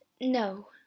No